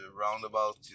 roundabout